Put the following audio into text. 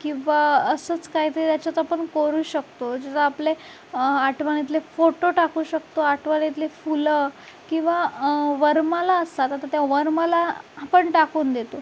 किंवा असंच काहीतरी याच्यात आपण कोरू शकतो जसं आपले आठवणीतले फोटो टाकू शकतो आठवणीतली फुलं किंवा वरमाला असतात आता त्या वरमाला आपण टाकून देतो